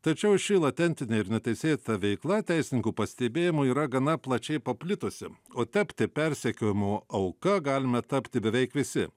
tačiau ši latentinė ir neteisėta veikla teisininkų pastebėjimu yra gana plačiai paplitusi o tapti persekiojimo auka galime tapti beveik visi